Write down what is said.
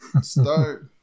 Start